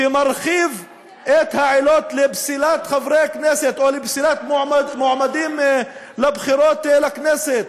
שמרחיב את העילות לפסילת חברי הכנסת או לפסילת מועמדים לבחירות לכנסת.